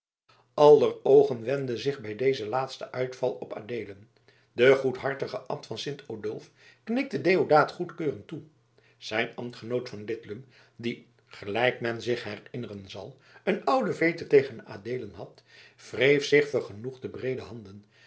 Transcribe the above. aller oogen wendden zich bij dezen laatsten uitval op adeelen de goedhartige abt van sint odulf knikte deodaat goedkeurend toe zijn ambtgenoot van lidlum die gelijk men zich herinneren zal een oude veete tegen adeelen had wreef zich vergenoegd de breede handen